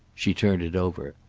she turned it over.